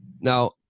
Now